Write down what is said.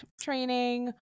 training